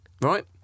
right